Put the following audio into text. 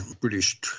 British